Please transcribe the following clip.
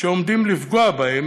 שעומדים לפגוע בהם,